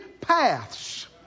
paths